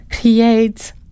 creates